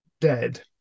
dead